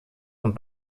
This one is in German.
und